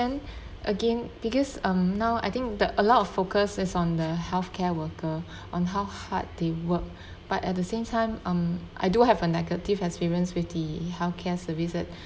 then again because um now I think the a lot of focus is on the healthcare worker on how hard they work but at the same time um I do have a negative experience with the healthcare services